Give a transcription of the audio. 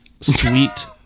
sweet